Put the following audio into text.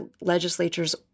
legislatures